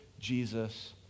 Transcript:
Jesus